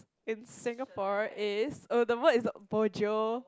in Singapore is oh the word is bo jio